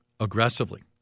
aggressively